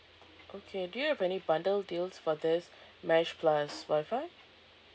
okay do you have any bundle deals for this mesh plus WIFI